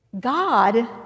God